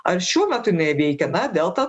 ar šiuo metu jinai veikia na delta